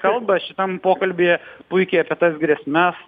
kalba šitam pokalbyje puikiai apie tas grėsmes